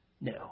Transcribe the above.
No